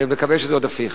ואני מקווה שזה עוד הפיך.